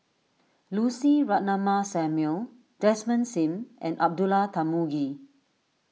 Lucy Ratnammah Samuel Desmond Sim and Abdullah Tarmugi